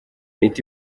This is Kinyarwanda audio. leta